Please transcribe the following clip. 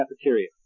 cafeteria